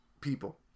people